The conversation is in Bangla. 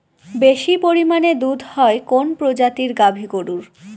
বেশি পরিমানে দুধ হয় কোন প্রজাতির গাভি গরুর?